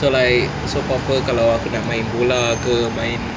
so like so pape kalau aku nak main bola ke main